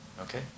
Okay